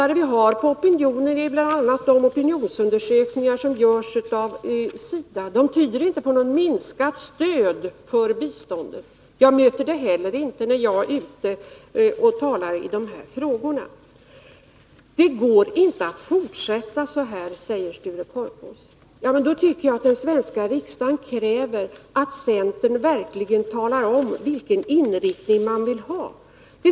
Ett sätt att mäta opinionen är de opinionsundersökningar som görs av SIDA. De tyder inte på något minskat stöd för biståndet. Jag möter inte heller något minskat stöd när jag är ute och talar i dessa frågor. Det går inte att fortsätta så här, säger Sture Korpås. Då tycker jag att svenska riksdagen skall kräva att centern verkligen talar om vilken inriktning man vill ha.